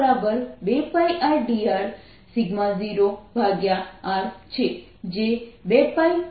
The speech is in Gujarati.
dr×0r છે જે 2π0dr ની બરાબર છે